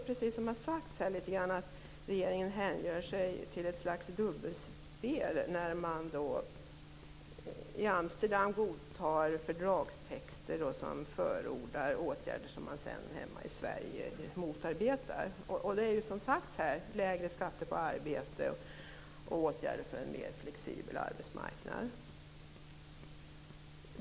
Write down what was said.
Precis som sagts här tidigare tycker jag att regeringen hänger sig åt ett slags dubbelspel, när man i Amsterdam godtar fördragstexter som förordar åtgärder som man sedan motarbetar hemma i Sverige. Det gäller, som sagts här, lägre skatt på arbete och åtgärder för en mer flexibel arbetsmarknad.